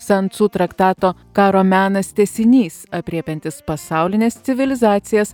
san tsu traktato karo menas tęsinys aprėpiantis pasaulines civilizacijas